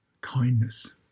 kindness